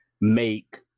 make